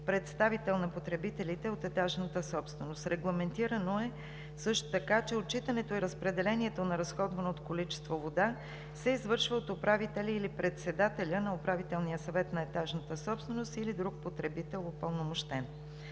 представител на потребителите от етажната собственост. Регламентирано е също така, че отчитането и разпределението на разходваното количество вода се извършва от управителя или председателя на Управителния съвет на етажната собственост или друг упълномощен